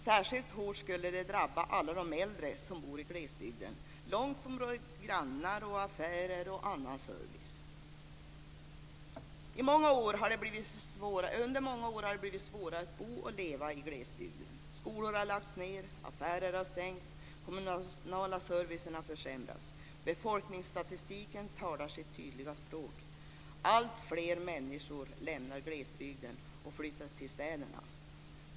Särskilt hårt skulle det drabba alla de äldre som bor i glesbygden långt från grannar, affärer och annan service. Under många år har det blivit svårare att bo och leva i glesbygden. Skolor har lagts ned, affärer har stängt och den kommunala servicen har försämrats. Befolkningsstatistiken talar sitt tydliga språk: alltfler människor lämnar glesbygden och flyttar till städerna.